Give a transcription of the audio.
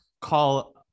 call